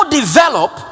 develop